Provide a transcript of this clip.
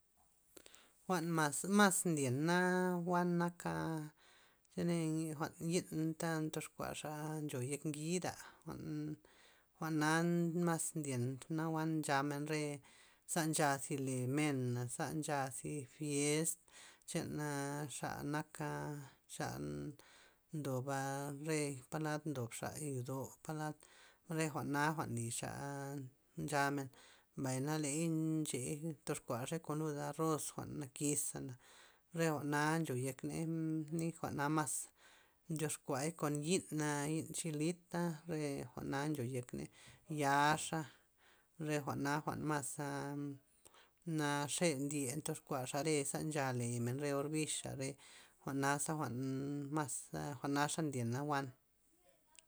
Jwa'n mas maz' ndyena jwa'n nak chole jwa'n yi'n ta ndoxkuaxa ncho yek ngida jwa'n jwa'na mas ndyena jwa'n ncha men re za ncha zi le mena, za ncha zi fiest chan xa nak chan ndoba re polan ndobxa yo'do polad ndobxa re jwa'na jwa'n nlixa nchamen mbay ley nche ndox kuaxey kon lud arroz jwa'n nakisana re jwa'na ncho yekney li jwa'na mas ndyox kuay kon yi'na yi'n chilita re jwa'na ncho yek ney ya'xa re jwa'na jwa'n mas naxe ndye ndox kuaxa ze re ncha le men re orbixa re or jwa'naza jwa'n mas jwa'naxa ndyena jwa'n.